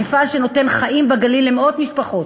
מפעל שנותן חיים למאות משפחות